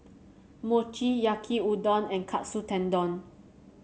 Mochi Yaki Udon and Katsu Tendon